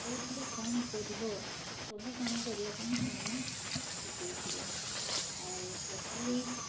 କୋଉଥିରେ କ'ଣ ପଡ଼ିବ ସବୁ କାମ କରିବା ପାଇଁ ସେମାନେ ସିଖେଇ ଥିଲେ ଆଉ ତରକାରୀ